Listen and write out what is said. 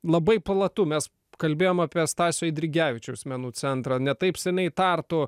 labai platu mes kalbėjom apie stasio eidrigevičiaus menų centrą ne taip seniai tartu